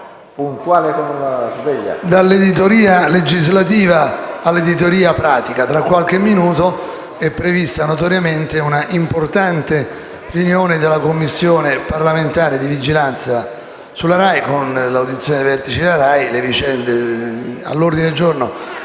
dall'editoria legislativa all'editoria pratica: tra qualche minuto è prevista una importante riunione della Commissione parlamentare di vigilanza RAI, con l'audizione dei vertici della RAI, e le vicende all'ordine del giorno